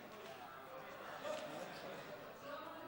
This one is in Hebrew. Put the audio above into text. נשיקה קטנה.